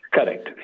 Correct